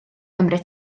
gymryd